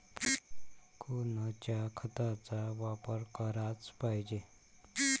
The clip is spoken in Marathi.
कोनच्या खताचा वापर कराच पायजे?